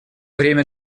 время